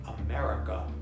America